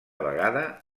vegada